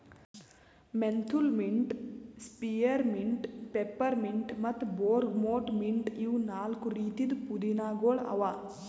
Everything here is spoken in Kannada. ಮೆಂಥೂಲ್ ಮಿಂಟ್, ಸ್ಪಿಯರ್ಮಿಂಟ್, ಪೆಪ್ಪರ್ಮಿಂಟ್ ಮತ್ತ ಬೇರ್ಗಮೊಟ್ ಮಿಂಟ್ ಇವು ನಾಲ್ಕು ರೀತಿದ್ ಪುದೀನಾಗೊಳ್ ಅವಾ